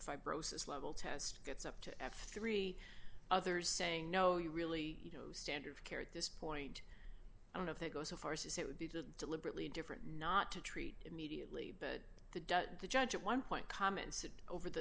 fibrosis level test gets up to at three others saying no you really you know standard care at this point i don't know if they go so far says it would be to deliberately different not to treat immediately but the dut the judge at one point comments that over the